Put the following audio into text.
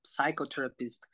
psychotherapist